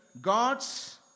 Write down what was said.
God's